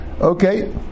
Okay